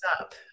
up